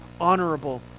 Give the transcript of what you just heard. honorable